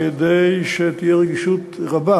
כדי שתהיה רגישות רבה